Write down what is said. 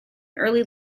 early